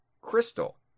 Crystal